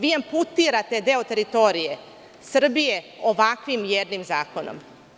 Vi amputirate deo teritorije Srbije ovakvim jednim zakonom.